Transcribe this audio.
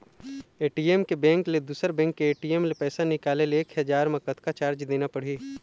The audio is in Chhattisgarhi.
ए.टी.एम के बैंक ले दुसर बैंक के ए.टी.एम ले पैसा निकाले ले एक हजार मा कतक चार्ज देना पड़ही?